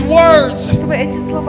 words